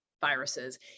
viruses